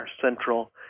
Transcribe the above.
central